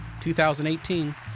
2018